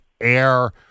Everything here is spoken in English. air